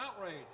outrage